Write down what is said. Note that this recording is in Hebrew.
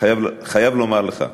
לומר לך.